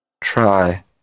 try